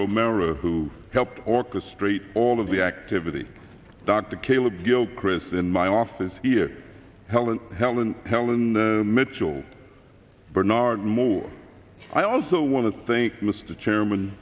romero who helped orchestrate all of the activity dr caleb gilchrist in my office here helen helen helen mitchell bernard moore i also want to think mr chairman